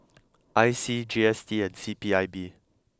I C G S T and C P I B